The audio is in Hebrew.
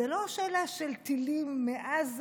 זה לא השאלה של טילים מעזה